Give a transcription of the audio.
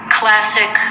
classic